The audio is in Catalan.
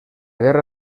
guerra